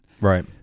Right